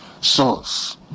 source